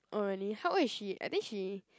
oh really how old is she I think she